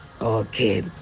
okay